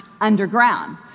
underground